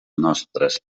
nostres